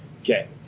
Okay